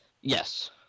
Yes